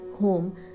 home